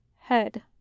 head